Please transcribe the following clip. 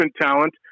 talent